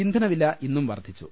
ഇന്ധനവില് ഇന്നും വർധിച്ചു